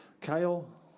Kyle